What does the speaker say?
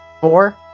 Four